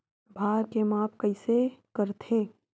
भार के माप कइसे करथे?